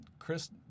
chris